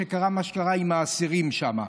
שקרה מה שקרה עם האסירים שם.